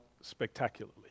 spectacularly